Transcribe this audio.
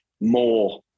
more